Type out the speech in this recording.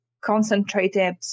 concentrated